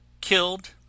Killed